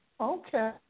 Okay